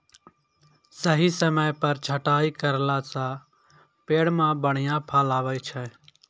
सही समय पर छंटाई करला सॅ पेड़ मॅ बढ़िया फल आबै छै